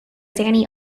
danny